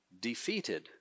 defeated